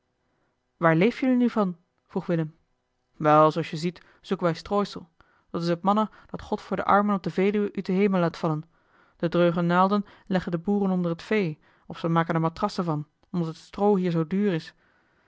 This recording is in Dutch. waar leef jullie nu van vroeg willem wel zooals je ziet zoeken wij strooisel dat is het manna dat god voor de armen op de veluwe uut den hemel laat vallen de dreuge naalden leggen de boeren onder het vee of ze maken er matrassen van omdat het stroo hier zoo duur is